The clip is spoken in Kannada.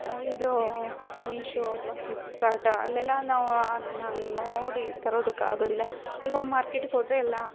ಇದು ಮೀಶೋ ಅಥವಾ ಫ್ಲಿಪ್ಕಾರ್ಟ ಅಲ್ಲೆಲ್ಲ ನಾವು ಅದ್ನ ಹಂಗೆ ನೋಡಿ ತರೋದಕ್ಕೆ ಆಗೋದಿಲ್ಲ ಈಗ ಒಂದು ಮಾರ್ಕೆಟಿಗೆ ಹೋದರೆ ಎಲ್ಲ